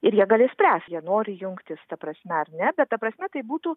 ir jie galės spręst jie nori jungtis ta prasme ar ne bet ta prasme tai būtų